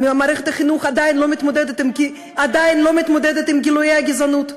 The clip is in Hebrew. מערכת החינוך עדיין לא מתמודדת עם גילויי הגזענות,